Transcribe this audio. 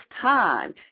time